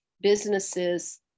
businesses